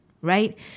right